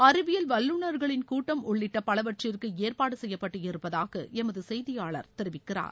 அறிவியல் வல்லுனர்களின் கூட்டம் உள்ளிட்ட பலவற்றிற்கு ஏற்பாடு செய்யப்பட்டு இருப்பதாக எமது செய்தியாளர் தெரிவிக்கிறார்